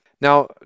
Now